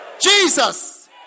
Jesus